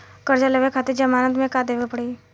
कर्जा लेवे खातिर जमानत मे का देवे के पड़ी?